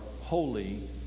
holy